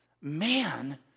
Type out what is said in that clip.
Man